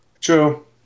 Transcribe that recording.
True